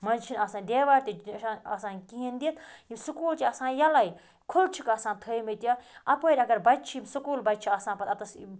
مَنٛز چھُنہٕ آسان دیوار تہِ چھُنہٕ آسان کِہیٖنۍ دِتھ یِم سکول چھِ آسان یَلے کھُلہٕ چھِکھ آسان تھٲیمٕتۍ اَپٲرۍ اگر بَچہِ چھِ یِم سکول بَچہِ چھِ آسان پَتہٕ اَتَس